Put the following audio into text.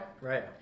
right